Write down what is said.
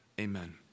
amen